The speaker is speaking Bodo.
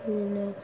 बिदिनो